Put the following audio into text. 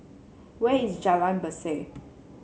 where is Jalan Berseh